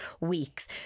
weeks